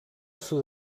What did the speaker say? sud